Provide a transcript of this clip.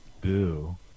boo